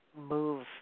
move